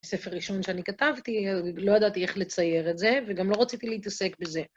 בספר ראשון שאני כתבתי, לא ידעתי איך לצייר את זה וגם לא רציתי להתעסק בזה.